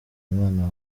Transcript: umwana